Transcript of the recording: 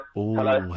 Hello